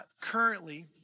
currently